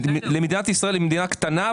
מדינת ישראל היא מדינה קטנה,